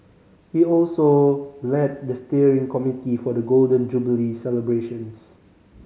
he also led the steering committee for the Golden Jubilee celebrations